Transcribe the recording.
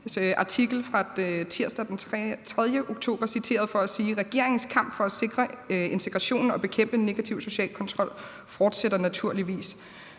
artikel fra tirsdag den 1. oktober citeret for at sige: »Regeringens kamp for sikre integrationen og bekæmpe negativ social kontrol fortsætter naturligvis